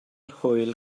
hwyl